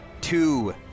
Two